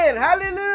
Hallelujah